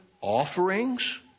offerings